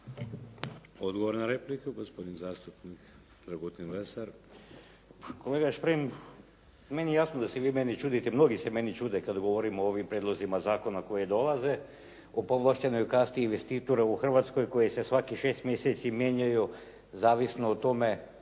Odgovor na repliku, gospodin zastupnik Dragutin Lesar. **Lesar, Dragutin (Nezavisni)** Kolega Šprem meni je jasno da se vi meni čudite, mnogi se meni čude kada govorim o ovim prijedlozima zakona koji dolaze o povlaštenoj kasti i investitoru u Hrvatskoj koji se svakih šest mjeseci mijenjaju zavisno o tome